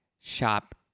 Shop